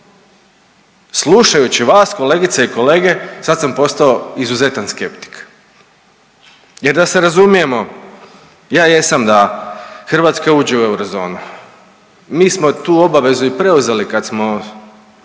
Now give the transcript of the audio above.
Slušajući vas kolegice i kolege sad sam posao izuzetan skeptik jer da se razumijemo ja jesam da Hrvatska uđe u eurozonu. Mi smo tu obavezu i preuzeli kad smo